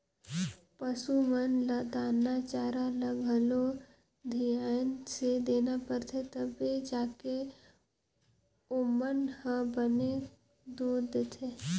पसू मन ल दाना चारा ल घलो धियान से देना परथे तभे जाके ओमन ह बने दूद देथे